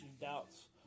doubts